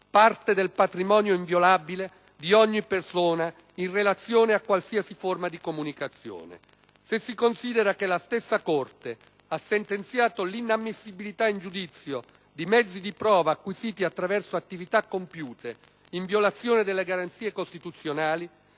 parte del patrimonio inviolabile di ogni persona in relazione a qualsiasi forma di comunicazione. Se si considera che la stessa Corte ha sentenziato l'inammissibilità in giudizio di mezzi di prova acquisiti attraverso attività compiute in violazione delle garanzie costituzionali,